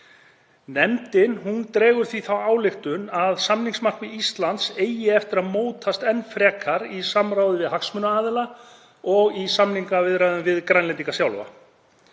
Nefndin dregur því þá ályktun að samningsmarkmið Íslands eigi eftir að mótast enn frekar í samráði við hagsmunaaðila og í samningaviðræðum við Grænlendinga sjálfa.